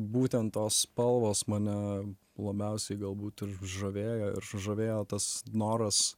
būtent tos spalvos mane labiausiai galbūt ir žavėjo ir sužavėjo tas noras